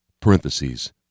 Parentheses